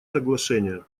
соглашения